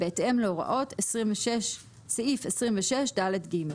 בהתאם להוראות סעיף 26ד(ג);